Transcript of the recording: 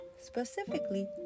Specifically